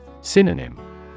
Synonym